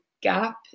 gap